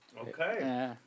Okay